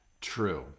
true